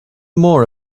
more